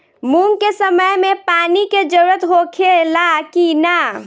मूंग के समय मे पानी के जरूरत होखे ला कि ना?